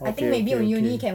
okay okay okay